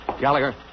Gallagher